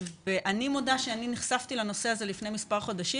אני מודה שאני נחשפתי לנושא הזה לפני מספר חודשים